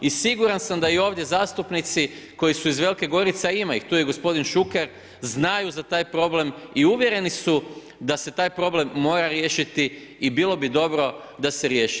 I siguran sam da i ovdje zastupnici koji su iz Velike Gorice, a ima ih, tu je gospodin Šuker, znaju za taj problem i uvjereni su da se taj problem mora riješiti i bilo bi dobro da se riješi.